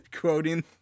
quoting